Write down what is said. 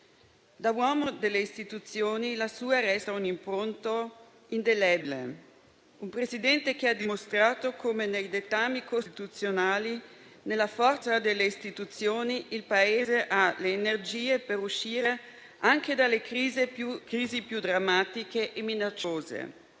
Da uomo delle istituzioni, la sua resta un'impronta indelebile. Un Presidente che ha dimostrato come, nei dettami costituzionali, nella forza delle istituzioni, il Paese ha le energie per uscire anche dalle crisi più drammatiche e minacciose.